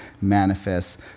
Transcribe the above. manifest